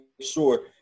sure